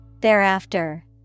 Thereafter